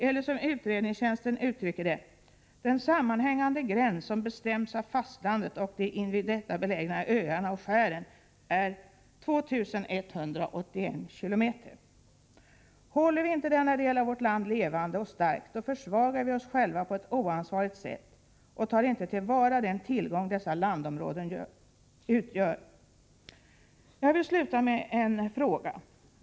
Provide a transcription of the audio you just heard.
Eller, som riksdagens utredningstjänst uttrycker det: Den sammanhängande gräns som bestäms av fastlandet och de intill detta belägna öarna och skären är 2 181 km. Håller vi inte denna del av vårt land levande och stark, då försvagar vi oss själva på ett oansvarigt sätt och tar inte till vara den tillgång som dessa landområden utgör. Jag vill ställa en fråga.